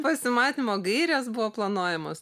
pasimatymo gairės buvo planuojamos